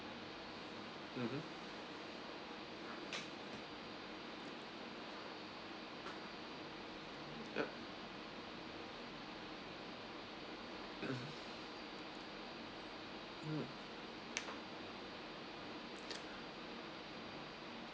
mmhmm yea mm mm